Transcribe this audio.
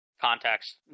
context